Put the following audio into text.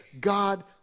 God